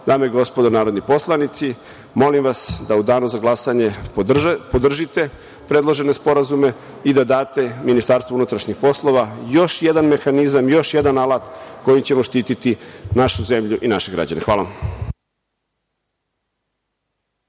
dame i gospodo narodni poslanici, molim vas da u danu za glasanje podržite predložene sporazume i da date Ministarstvu unutrašnjih poslova još jedan mehanizam, još jedan alat kojim ćemo štiti našu zemlju i naše građane. Hvala